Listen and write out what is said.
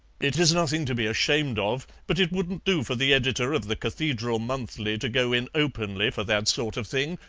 it is nothing to be ashamed of, but it wouldn't do for the editor of the cathedral monthly to go in openly for that sort of thing,